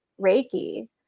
Reiki